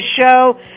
show